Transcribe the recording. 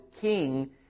king